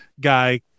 guy